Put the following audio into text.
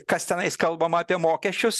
kas tenaismkalbama apie mokesčius